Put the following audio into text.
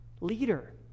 leader